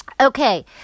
Okay